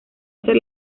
hacer